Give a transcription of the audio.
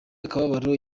akababaro